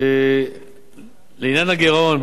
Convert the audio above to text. לעניין הגירעון, בוז'י,